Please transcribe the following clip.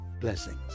Blessings